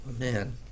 Amen